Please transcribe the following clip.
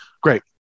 Great